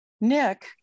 Nick